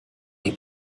die